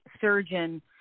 surgeon